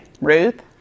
Ruth